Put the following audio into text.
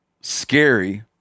scary